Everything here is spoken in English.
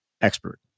expert